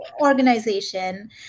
organization